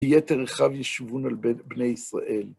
יתר אחיו יישובון לבני ישראל.